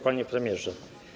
Panie Premierze!